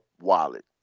wallet